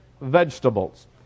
vegetables